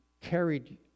carried